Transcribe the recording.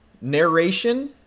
narration